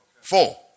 Four